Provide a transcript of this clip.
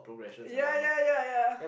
ya ya ya ya